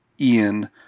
Ian